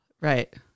Right